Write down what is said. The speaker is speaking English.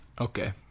Okay